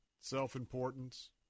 self-importance